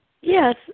Yes